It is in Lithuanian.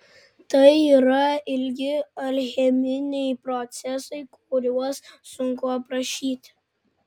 tai yra ilgi alcheminiai procesai kuriuos sunku aprašyti